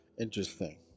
Interesting